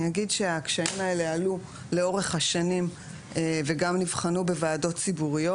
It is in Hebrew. אני אגיד שהקשיים האלה עלו לאורך השנים וגם נבחנו בוועדות ציבוריות.